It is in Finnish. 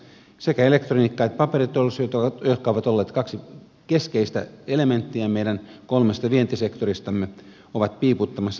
sekä elektroniikka että paperiteollisuus jotka ovat olleet kaksi keskeistä elementtiä meidän kolmesta vientisektoristamme ovat piiputtamassa tällä hetkellä